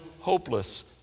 hopeless